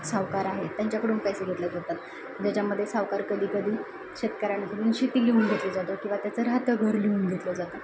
सावकार आहेत त्यांच्याकडून पैसे घेतले जातात ज्याच्यामध्ये सावकार कधी कधी शेतकऱ्यांकडून शेती लिहून घेतली जातो किंवा त्याचं राहतं घर लिहून घेतलं जातं